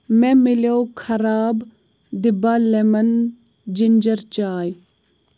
مےٚ مِلٮ۪و خراب دِبھا لٮ۪من جِنٛجر چاے